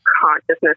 consciousness